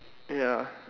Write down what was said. ya